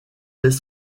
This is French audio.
dès